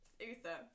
Uther